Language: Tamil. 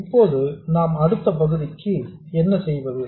இப்போது நாம் அடுத்த பகுதிக்கு என்ன செய்வது